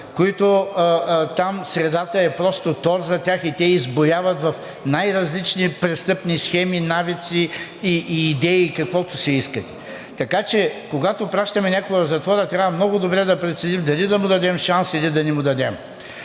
които там средата е просто тор за тях и те избуяват в най различни престъпни схеми, навици, идеи, каквото си искате. Така че, когато пращаме някого в затвора, трябва много добре да преценим дали да му дадем шанс, или да не му дадем.